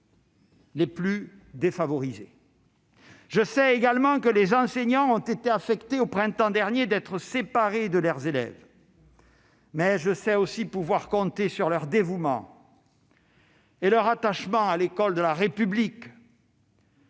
les plus défavorisés. Je sais également que les enseignants ont été alors affectés d'être séparés de leurs élèves, mais je sais aussi pouvoir compter sur leur dévouement et leur attachement à l'école de la République,